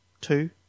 Two